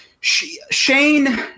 Shane